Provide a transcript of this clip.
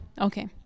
Okay